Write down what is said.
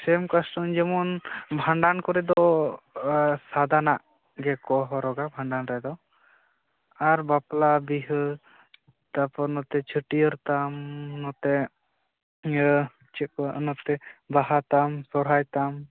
ᱥᱮᱢ ᱠᱟᱥᱴᱚᱢ ᱡᱮᱢᱚᱱ ᱵᱷᱟᱸᱰᱟᱱ ᱠᱚᱨᱮ ᱫᱚ ᱥᱟᱫᱟᱱᱟᱜ ᱜᱮᱠᱚ ᱦᱚᱨᱚᱜᱟ ᱵᱷᱟᱸᱰᱟᱱ ᱨᱮᱫᱚ ᱟᱨ ᱵᱟᱯᱞᱟ ᱵᱤᱦᱟᱹ ᱛᱟᱯᱚᱨ ᱱᱚᱛᱮ ᱪᱷᱟᱹᱴᱭᱟᱹᱨ ᱛᱟᱢ ᱱᱚᱛᱮ ᱪᱮᱫ ᱠᱚ ᱱᱚᱛᱮ ᱵᱟᱦᱟ ᱛᱟᱢ ᱥᱚᱨᱦᱟᱭ ᱛᱟᱢ